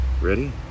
Ready